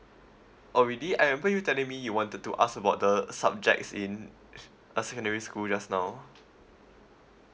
already I remember you telling me you wanted to ask about the subjects in uh secondary school just now